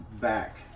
back